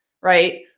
right